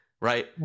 Right